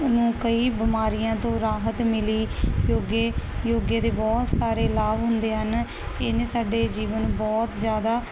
ਨੂੰ ਕਈ ਬਿਮਾਰੀਆਂ ਤੋਂ ਰਾਹਤ ਮਿਲੀ ਕਿਉਂਕਿ ਯੋਗੇ ਦੇ ਬਹੁਤ ਸਾਰੇ ਲਾਭ ਹੁੰਦੇ ਹਨ ਇਹਨੇ ਸਾਡੇ ਜੀਵਨ ਨੂੰ ਬਹੁਤ ਜ਼ਿਆਦਾ